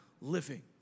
living